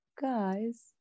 guys